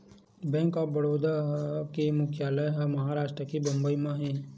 bank of India के मुख्यालय ह महारास्ट के बंबई म हे